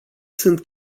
sunt